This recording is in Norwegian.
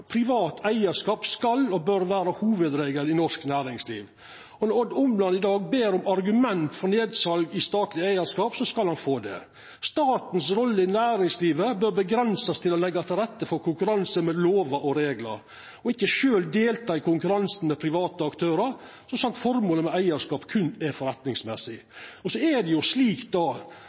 privat eigarskap skal og bør vera hovudregelen i norsk næringsliv. Og når Odd Omland i dag ber om argument for nedsal i statleg eigarskap, skal han få det: Statens rolle i næringslivet bør verta avgrensa til å leggja til rette for konkurranse med lovar og reglar – ikkje sjølv delta i konkurransen med private aktørar, så sant formålet med eigarskapen berre er forretningsmessig. Det er